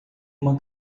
uma